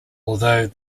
although